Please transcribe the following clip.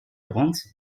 bronze